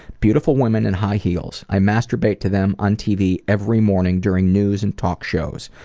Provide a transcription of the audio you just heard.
beautiful women in high heels. i masturbate to them on tv every morning during news and talk shows,